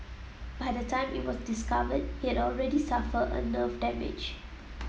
by the time it was discovered he had already suffered a nerve damage